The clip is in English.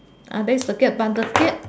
then is the gap but the gap